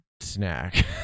snack